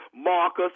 Marcus